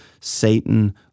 Satan